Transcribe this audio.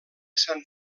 sant